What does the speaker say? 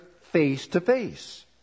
face-to-face